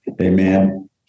Amen